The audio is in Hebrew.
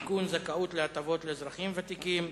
(תיקון, זכאות להטבות לאזרחים ותיקים).